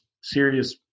serious